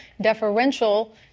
deferential